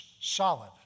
solid